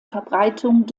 verbreitung